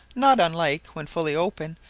not unlike, when fully opened,